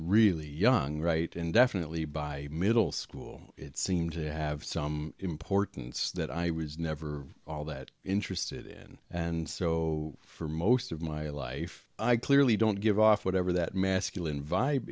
really young right and definitely by middle school it seemed to have some importance that i was never all that interested in and so for most of my life i clearly don't give off whatever that masculine vibe